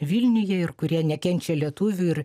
vilniuje ir kurie nekenčia lietuvių ir